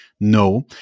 no